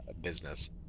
business